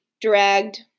dragged